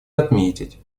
отметить